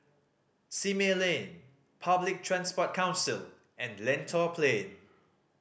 Simei Lane Public Transport Council and Lentor Plain